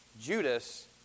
Judas